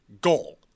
goal